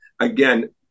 again